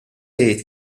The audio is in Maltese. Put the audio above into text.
jgħid